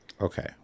Okay